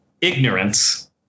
ignorance